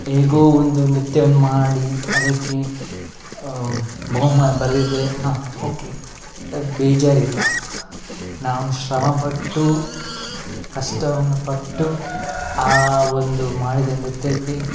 ಹೇಗೋ ಒಂದು ನೃತ್ಯವನ್ನು ಮಾಡಿ ಅದಕ್ಕೆ ಬಹುಮಾನ ಬರದಿದ್ರೆ ಹಾಂ ಓಕೆ ಬೇಜಾರಿಲ್ಲ ನಾವು ಶ್ರಮಪಟ್ಟು ಕಷ್ಟವನ್ನು ಪಟ್ಟು ಆ ಒಂದು ಮಾಡಿದ ನೃತ್ಯಕ್ಕೆ